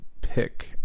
pick